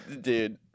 dude